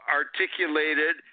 articulated